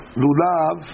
lulav